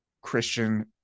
christian